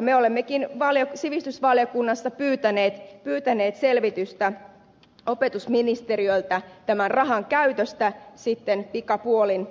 me olemmekin sivistysvaliokunnassa pyytäneet selvitystä opetusministeriöltä tämän rahan käytöstä sitten pikapuolin